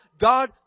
God